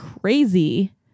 crazy